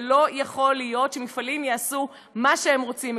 לא יכול להיות שמפעלים יעשו מה שהם רוצים,